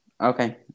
okay